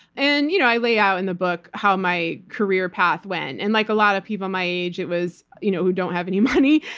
and you know i lay out in the book how my career path went. and like a lot of people my age you know who don't have any money,